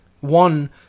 One